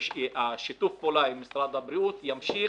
ששיתוף הפעולה עם משרד הבריאות ימשיך,